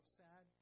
sad